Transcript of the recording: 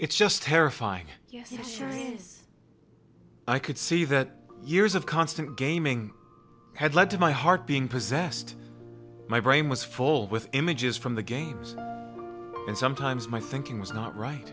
it's just terrifying yesterday i could see that years of constant gaming had led to my heart being possessed my brain was full with images from the games and sometimes my thinking was not right